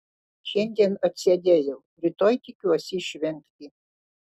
šiandien atsėdėjau rytoj tikiuosi išvengti